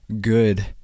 good